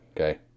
Okay